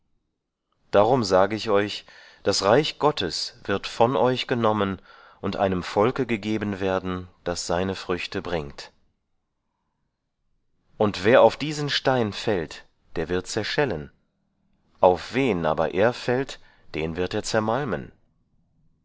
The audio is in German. darum sage ich euch das reich gottes wird von euch genommen und einem volke gegeben werden das seine früchte bringt und wer auf diesen stein fällt der wird zerschellen auf wen aber er fällt den wird er zermalmen